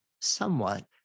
somewhat